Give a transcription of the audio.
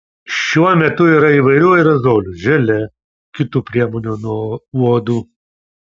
šiuo metu yra įvairių aerozolių želė kitų priemonių nuo uodų